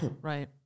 Right